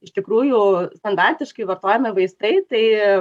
iš tikrųjų standartiškai vartojami vaistai tai